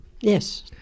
Yes